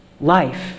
life